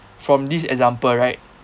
from this example right